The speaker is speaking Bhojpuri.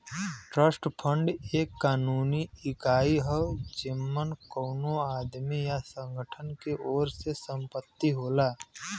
ट्रस्ट फंड एक कानूनी इकाई हौ जेमन कउनो आदमी या संगठन के ओर से संपत्ति होला